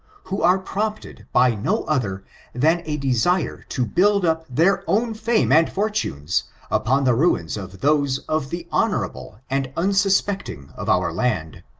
who are prompted by no other than a desire to build up their own fame and for tunes upon the ruins of those of the honorable and unsuspecting of our land.